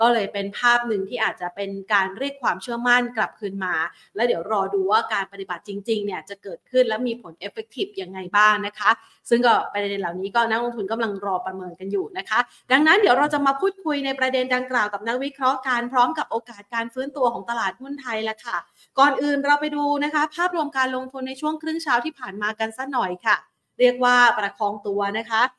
ก็เลยเป็นภาพหนึ่งที่อาจจะเป็นการเรียกความเชื่อมั่นกลับคืนมา แล้วเดี๋ยวรอดูว่าการปฏิบัติจริงๆเนี่ยจะเกิดขึ้นและมีผล effective ยังไงบ้างนะคะ ซึ่งก็ประเด็นเหล่านี้ก็นักลงทุนกำลังรอประเมินกันอยู่นะคะ ดังนั้นเดี๋ยวเราจะมาพูดคุยในประเด็นดังกล่าวกับนักวิเคราะห์การพร้อมกับโอกาสการฟื้นตัวของตลาดหุ้นไทยแล้วค่ะ ก่อนอื่นเราไปดูนะคะ ภาพรวมการลงทุนในช่วงครึ่งเช้าที่ผ่านมากันสักหน่อยค่ะ เรียกว่าประคองตัวนะคะ